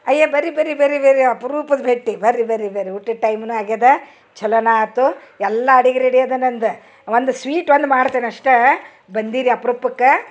ಅಯ್ಯ ಬರ್ರೀ ಬರ್ರೀ ಬರ್ರೀ ಬರ್ರೀ ಅಪ್ರೂಪದ ವ್ಯಕ್ತಿ ಬರ್ರೀ ಬರ್ರೀ ಬರ್ರೀ ಊಟದ ಟೈಮ್ನು ಆಗ್ಯದ ಚಲೋನ ಆತು ಎಲ್ಲಾ ಅಡಿಗೆ ರೆಡಿ ಅದ ನಂದು ಒಂದು ಸ್ವೀಟ್ ಒಂದು ಮಾಡ್ತೇನೆ ಅಷ್ಟೇ ಬಂದಿರಿ ಅಪರೂಪಕ್ಕ